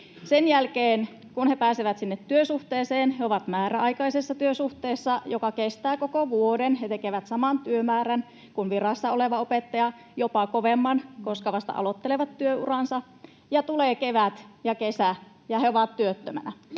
Sen jälkeen, kun he pääsevät työsuhteeseen, he ovat määräaikaisessa työsuhteessa, joka kestää koko vuoden. He tekevät saman työmäärän kuin virassa oleva opettaja, jopa kovemman, koska vasta aloittelevat työuraansa. Kun tulee kevät ja kesä, niin he ovat työttöminä.